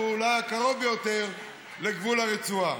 שהוא אולי הקרוב ביותר לגבול הרצועה.